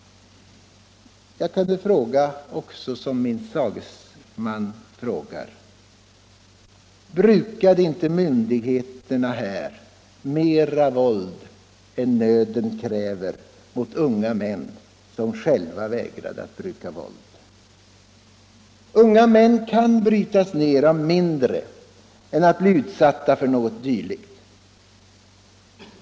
Jag kan också fråga som min sagesman: Brukade inte myndigheterna här mera våld än nöden krävde mot unga män som själva vägrade att bruka våld? Unga män kan brytas ned av mindre än att bli utsatta för något dylikt.